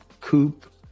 coupe